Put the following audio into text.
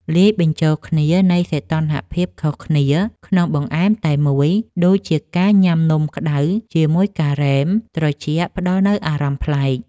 លាយបញ្ចូលគ្នានៃសីតុណ្ហភាពខុសគ្នាក្នុងបង្អែមតែមួយដូចជាការញ៉ាំនំក្ដៅជាមួយការ៉េមត្រជាក់ផ្ដល់នូវអារម្មណ៍ប្លែក។